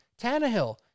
Tannehill